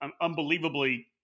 unbelievably –